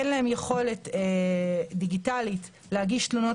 אין להם יכולת דיגיטלית להגיש תלונות